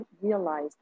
realize